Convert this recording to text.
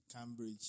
Cambridge